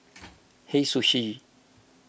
Hei Sushi